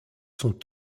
sont